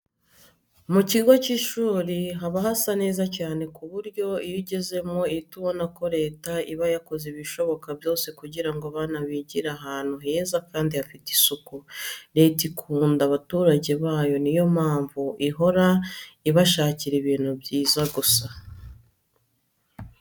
Mu kigo cy'ishuri haba hasa neza cyane ku buryo iyo ugezemo uhita ubona ko leta iba yakoze ibishoboka byose kugira ngo abana bigire ahantu heza kandi hafite isuku. Leta ikunda abaturage bayo niyo mpamvu ihora ibashakira ibintu byiza gusa.